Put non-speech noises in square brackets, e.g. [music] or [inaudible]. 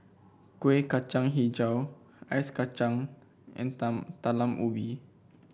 Kueh Kacang hijau Ice Kacang and [unintelligible] Talam Ubi